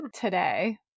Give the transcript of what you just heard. today